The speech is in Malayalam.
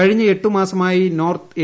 കഴിഞ്ഞ ക്യൂട്ടുമാസമായി നോർത്ത് എ